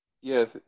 Yes